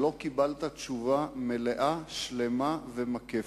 שלא קיבלת תשובה מלאה, שלמה ומקפת.